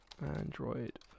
Android